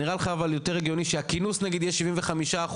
נראה לך אבל יותר הגיוני שהכינוס נגיד יהיה 75%,